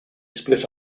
split